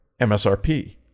MSRP